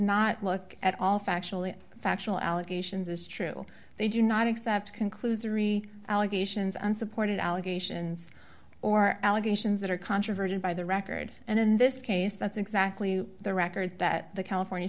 not look at all factually factual allegations as true they do not accept conclusory allegations unsupported allegations or allegations that are controverted by the record and in this case that's exactly the record that the california